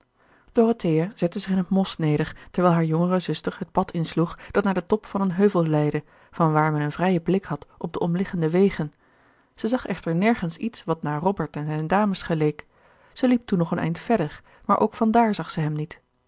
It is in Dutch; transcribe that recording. zette zich in het mos neder terwijl hare jongere zuster het pad insloeg dat naar den top van een heuvel leidde van waar men een vrijen blik had op de omliggende wegen zij zag echter nergens iets wat naar rotert en zijne dames geleek zij liep toen nog een eind verder maar ook van daar zag zij hem niet